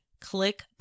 Click